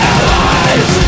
Allies